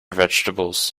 vegetables